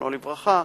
זיכרונו לברכה,